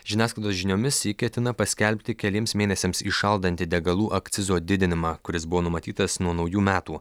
žiniasklaidos žiniomis ji ketina paskelbti keliems mėnesiams įšaldanti degalų akcizo didinimą kuris buvo numatytas nuo naujų metų